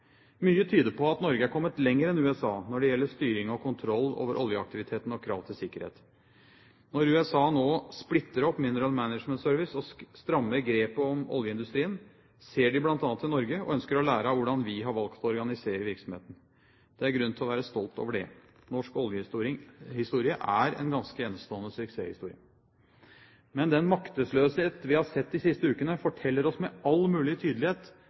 Mye tyder på at Norge er kommet lengre enn USA når det gjelder styring og kontroll over oljeaktiviteten og krav til sikkerhet. Når USA nå splitter opp Minerals Management Service og strammer grepet om oljeindustrien, ser de bl.a. til Norge og ønsker å lære av hvordan vi har valgt å organisere virksomheten. Det er grunn til å være stolt over det. Norsk oljehistorie er en ganske enestående suksesshistorie. Men den maktesløshet vi har sett de siste ukene, forteller oss med all mulig tydelighet